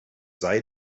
sei